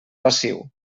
passiu